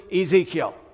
Ezekiel